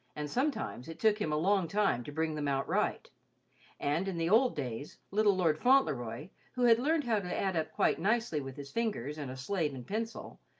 and sometimes it took him a long time to bring them out right and in the old days, little lord fauntleroy, who had learned how to add up quite nicely with his fingers and a slate and pencil,